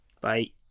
Bye